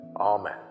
Amen